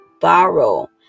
borrow